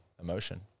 emotion